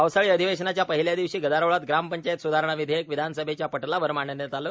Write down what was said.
पावसाळी अधिवेशनाच्या पहिल्या दिवशी गदारोळात ग्रामपंचायत सुधारणा विधेयक विधानसभेच्या पटलावर मांडण्यात आलं